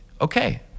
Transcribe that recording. Okay